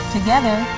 Together